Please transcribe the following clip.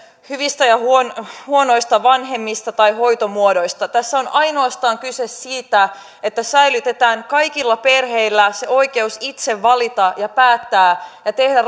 hyvistä ja huonoista vanhemmista tai hoitomuodoista tässä on ainoastaan kyse siitä että säilytetään kaikilla perheillä oikeus itse valita ja päättää ja tehdä